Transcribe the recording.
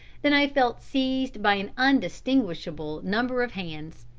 than i felt seized by an undistinguishable number of hands,